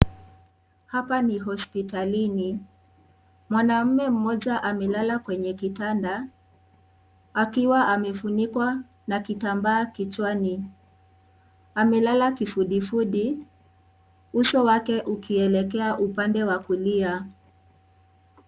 Hapa ni hospitalini. Mwanaume mmoja amelala kwenye kitanda akiwa amefunikwa na kitambaa kichwani. Amelala kifudifudi, uso wake ukielekea upande wa kulia.